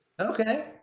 Okay